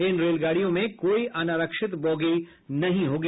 इन रेलगाड़ियों में कोई अनारक्षित बोगी नहीं होगी